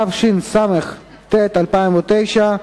התשס"ט 2009,